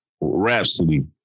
Rhapsody